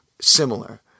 similar